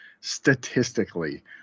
Statistically